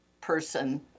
person